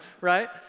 right